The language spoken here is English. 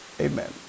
Amen